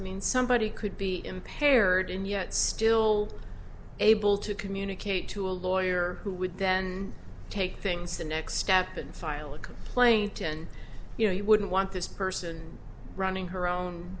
means somebody could be impaired and yet still able to communicate to a lawyer who would then take things the next step and file a complaint and you know you wouldn't want this person running her own